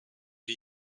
wie